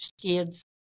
kids